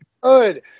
good